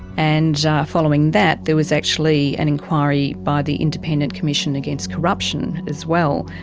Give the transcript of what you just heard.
and following that there was actually an enquiry by the independent commission against corruption as well,